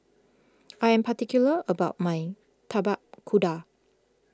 I am particular about my Tapak Kuda